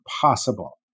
possible